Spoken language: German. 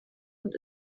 und